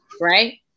right